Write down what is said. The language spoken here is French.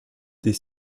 des